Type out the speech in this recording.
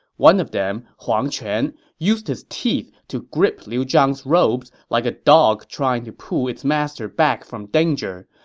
one of them, huang quan, used his teeth to grip liu zhang's robes like a dog trying to pull its master back from danger,